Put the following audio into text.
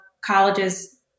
colleges